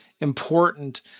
important